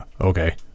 Okay